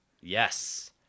Yes